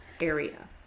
area